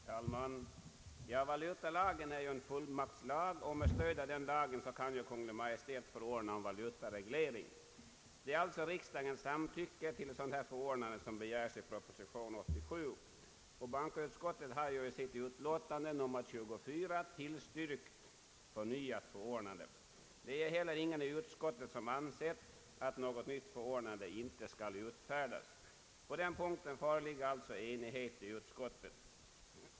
Herr talman! Valutalagen är ju en fullmaktslag, och med stöd av den lagen kan Kungl. Maj:t förordna om valutareglering. Det är alltså riksdagens samtycke till ett sådant förordnande som begärs i proposition nr 87. Bankoutskottet har i sitt utlåtande nr 24 tillstyrkt förnyat förordnande. Ingen i utskottet har heller ansett att något nytt förordnande inte skall utfärdas. På den punkten föreligger alltså enighet i utskottet.